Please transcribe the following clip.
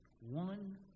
One